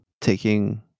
taking